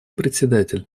председатель